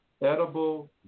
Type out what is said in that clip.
edible